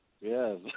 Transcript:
Yes